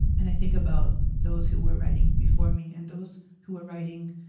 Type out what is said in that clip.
and i think about those who were writing before me and those who were writing